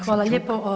Hvala lijepo.